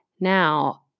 Now